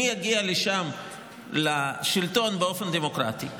מי יגיע לשלטון באופן דמוקרטי?